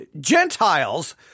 Gentiles